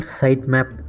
sitemap